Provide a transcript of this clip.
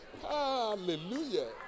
Hallelujah